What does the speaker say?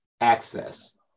access